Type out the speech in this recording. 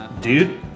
Dude